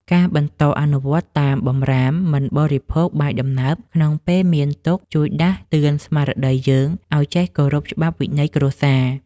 ការបន្តអនុវត្តតាមបម្រាមមិនបរិភោគបាយដំណើបក្នុងពេលមានទុក្ខជួយដាស់តឿនស្មារតីយើងឱ្យចេះគោរពច្បាប់វិន័យគ្រួសារ។